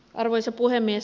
arvoisa puhemies